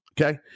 okay